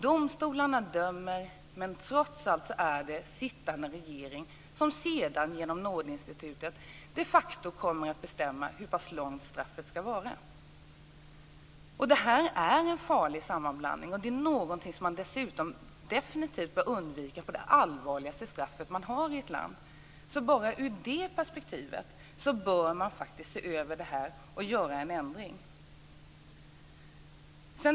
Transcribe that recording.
Domstolarna dömer men trots allt är det sittande regering som sedan genom nådeinstitutet de facto kommer att bestämma hur pass lång strafftiden ska vara. Det här är en farlig sammanblandning och något som dessutom definitivt bör undvikas eftersom det gäller det allvarligaste straffet som finns i ett land. Bara i det perspektivet bör man faktiskt se över det här och göra en ändring.